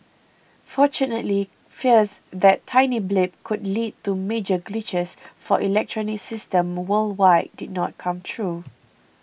fortunately fears that tiny blip could lead to major glitches for electronic systems worldwide did not come true